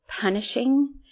punishing